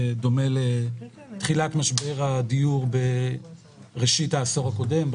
והוא דומה לתחילת משבר הדיור בראשית העשור הקודם,